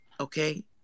Okay